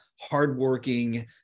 hardworking